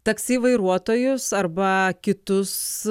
taksi vairuotojus arba kitus